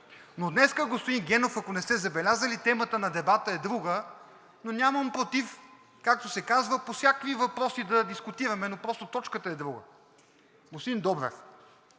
Но днес, господин Генов, ако не сте забелязали, темата на дебата е друга, но нямам против, както се казва, по всякакви въпроси да дискутираме, но просто точката е друга. Господин Добрев,